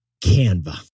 Canva